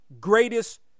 Greatest